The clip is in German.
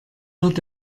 wird